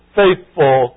faithful